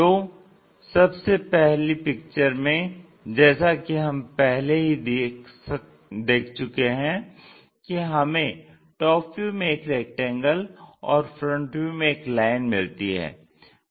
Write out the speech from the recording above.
तो सबसे पहली पिक्चर में जैसा कि हम पहले ही देख चुके हैं कि हमें TV में एक रैक्टेंगल और FV में एक लाइन मिलती है